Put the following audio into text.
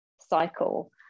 cycle